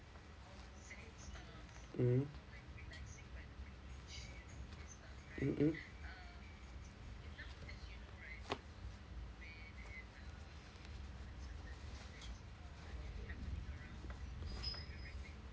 mm mmhmm